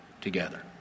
together